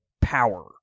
power